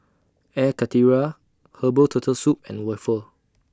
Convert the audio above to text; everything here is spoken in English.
Air Karthira Herbal Turtle Soup and Waffle